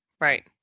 Right